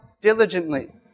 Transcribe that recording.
diligently